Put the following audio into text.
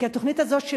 כי התוכנית הזאת,